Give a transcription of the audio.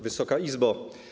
Wysoka Izbo!